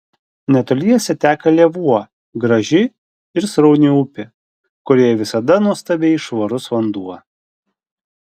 netoliese teka lėvuo graži ir srauni upė kurioje visada nuostabiai švarus vanduo